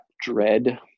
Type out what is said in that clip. dread